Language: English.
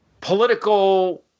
political